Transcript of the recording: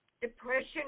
Depression